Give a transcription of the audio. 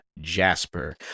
Jasper